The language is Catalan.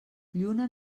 lluna